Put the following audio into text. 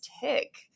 tick